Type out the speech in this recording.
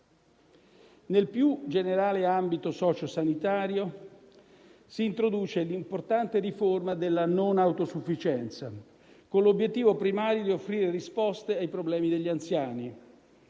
Nel più generale ambito socio-sanitario, si introduce un'importante riforma per la non autosufficienza, con l'obiettivo primario di offrire risposte ai problemi degli anziani.